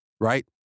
Right